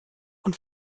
und